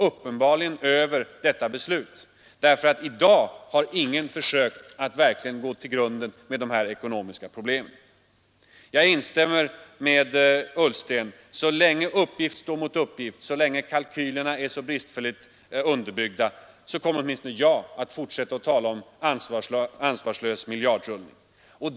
Uppenbarligen kommer det att dröja till dess att vi har beslutat i denna fråga. Ingen har i dag ens försökt att verkligen gå till grunden med de här ekonomiska problemen. Jag 105 instämmer i vad herr Ullsten sade. Så länge uppgift står mot uppgift, så länge kalkylerna är så bristfälligt underbyggda, kommer åtminstone jag att tala om ansvarslös miljardrullning.